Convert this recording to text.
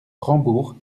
rambourg